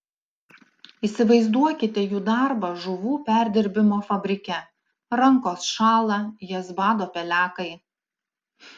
įsivaizduokite jų darbą žuvų perdirbimo fabrike rankos šąla jas bado pelekai